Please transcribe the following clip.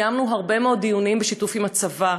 קיימנו הרבה מאוד דיונים בשיתוף עם הצבא.